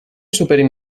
superin